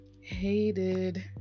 Hated